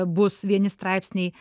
bus vieni straipsniai